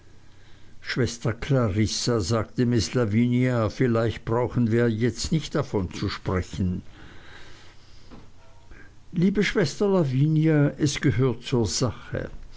schwester clarissa sagte miß lavinia vielleicht brauchten wir davon jetzt nicht zu sprechen liebe schwester lavinia es gehört zur sache